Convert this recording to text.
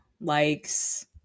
likes